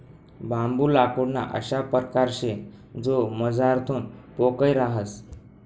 बांबू लाकूडना अशा परकार शे जो मझारथून पोकय रहास